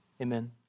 Amen